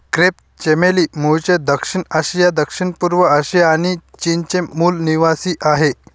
crepe चमेली मूळचे दक्षिण आशिया, दक्षिणपूर्व आशिया आणि चीनचे मूल निवासीआहे